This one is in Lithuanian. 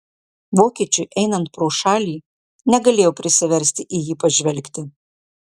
vokiečiui einant pro šalį negalėjau prisiversti į jį pažvelgti